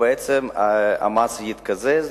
והמס יתקזז,